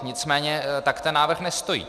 Nicméně tak ten návrh nestojí.